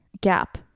gap